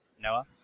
Noah